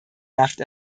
nacht